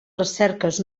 recerques